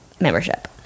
membership